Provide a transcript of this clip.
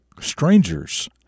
strangers